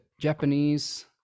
Japanese